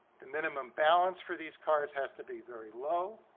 the minimum balance for these cards has to be very low.